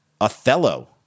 Othello